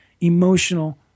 emotional